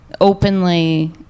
openly